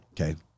Okay